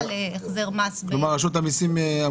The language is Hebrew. כלים חד-פעמיים.